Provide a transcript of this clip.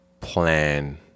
plan